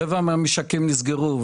רבע מן המשקים נסגרו.